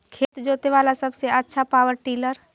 खेत जोते बाला सबसे आछा पॉवर टिलर?